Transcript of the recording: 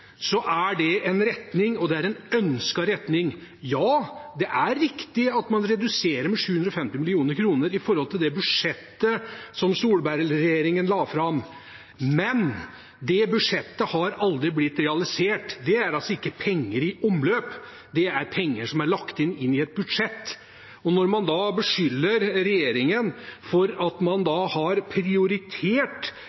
en ønsket retning. Ja, det er riktig at man reduserer med 750 mill. kr i forhold til det budsjettet som Solberg-regjeringen la fram, men det budsjettet har aldri blitt realisert. Det er altså ikke penger i omløp. Det er penger som er lagt inn i et budsjett. Når man så beskylder regjeringen for å ha prioritert med et kraftig nedtrekk selv om man